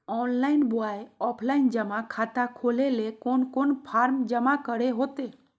Online बोया offline जमा खाता खोले ले कोन कोन फॉर्म जमा करे होते?